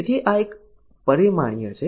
તેથી આ એક પરિમાણીય છે